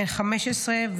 בן 15,